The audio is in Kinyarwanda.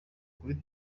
kuri